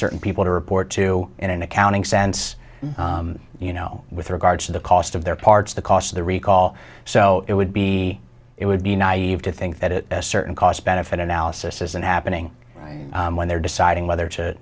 certain people to report to in an accounting sense you know with regards to the cost of their parts the cost of the recall so it would be it would be naive to think that a certain cost benefit analysis isn't happening when they're deciding whether to